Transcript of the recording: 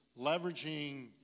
leveraging